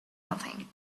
nothing